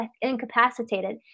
incapacitated